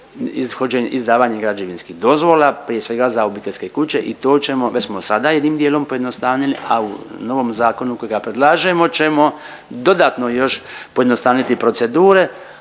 izdavanje građevinskih dozvola, prije svega za obiteljske kuće i to ćemo, već smo sada jednim dijelom pojednostavnili, a u novom zakonu kojega predlažemo ćemo dodatno još pojednostavniti procedure,